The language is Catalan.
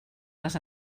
les